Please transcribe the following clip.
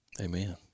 Amen